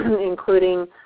including